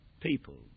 people